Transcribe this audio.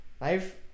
life